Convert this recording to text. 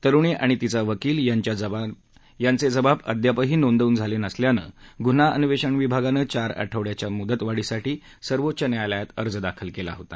तरुणी आणि तीचा वकील यांच्या जबान्या अद्यापही नोंदवून झाल्या नसल्यानं गुन्हा अन्वधिष विभागानं चार आठवड्याच्या मुदत वाढीसाठी सर्वोच्च न्यायालयात अर्ज दाखल क्विं होता